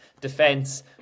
defense